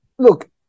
Look